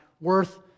worth